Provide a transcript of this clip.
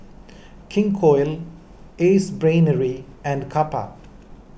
King Koil Ace Brainery and Kappa